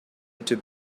into